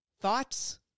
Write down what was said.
thoughts